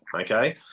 okay